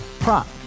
Prop